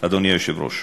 אדוני היושב-ראש,